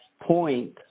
point